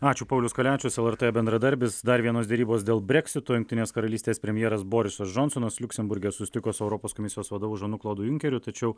ačiū paulius kaliačius lrt bendradarbis dar vienos derybos dėl breksito jungtinės karalystės premjeras borisas džonsonas liuksemburge susitiko su europos komisijos vadovu žanu klodu junkeriu tačiau